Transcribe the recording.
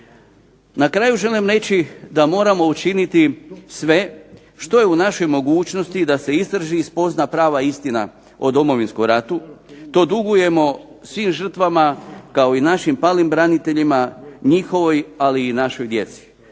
Na kraju želim reći da moramo učiniti sve što je u našoj mogućnosti da se istraži i spozna prava istina o Domovinskom ratu. To dugujemo svim žrtvama kao i našim palim braniteljima, njihovoj ali i našoj djeci.